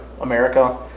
America